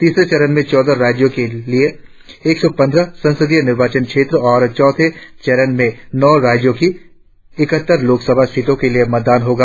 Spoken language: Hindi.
तीसरे चरण में चौदह राज्यों के एक सौ पंद्रह संसदीय निर्वाचन क्षेत्रों और चौथे चरण में नौ राज्यों की इकहत्तर लोकसभा सीटों के लिए मतदान होगा